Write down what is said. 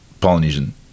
Polynesian